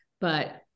but-